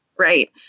Right